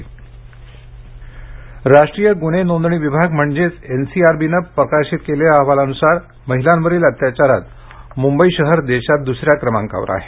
महिला अत्याचार राष्ट्रीय गुन्हे नोंदणी विभाग म्हणजेच एनसीआरबीनं प्रसिध्द केलेल्या अहवालानुसार महिलांवरील अत्याचारात मुंबई शहर देशात दुसऱ्या क्रमांकावर आहे